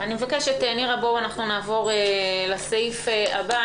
אני מבקשת, נירה, שנעבור לסעיף הבא.